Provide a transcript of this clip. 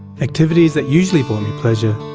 activities that usually brought me pleasure,